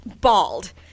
bald